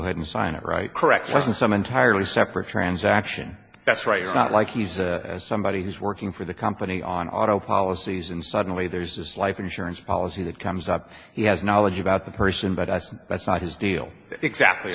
ahead and sign it right correction some entirely separate transaction that's right it's not like he's somebody who's working for the company on auto policies and suddenly there's this life insurance policy that comes up he has knowledge about the person but i said that's not his deal exactly